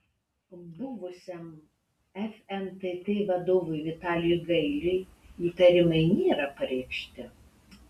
buvusiam fntt vadovui vitalijui gailiui įtarimai nėra pareikšti